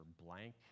blank